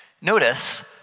Notice